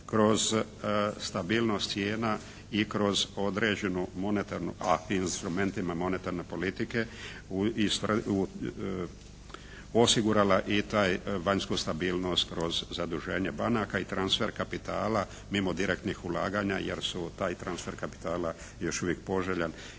kroz stabilnost cijena i kroz određenu monetarnu, a instrumentima monetarne politike osigurala i taj vanjsku stabilnost kroz zaduženje banaka i transfer kapitala mimo direktnih ulaganja jer su taj transfer kapitala još uvijek poželjan